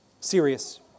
serious